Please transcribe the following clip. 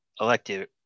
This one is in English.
elective